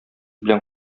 белән